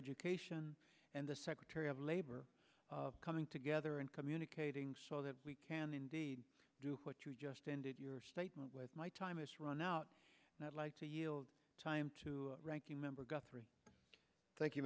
education and the secretary of labor coming together and communicating so that we can indeed do what you just ended your statement with my time has run out and i'd like to yield time to ranking member got three thank you